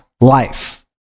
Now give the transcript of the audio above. life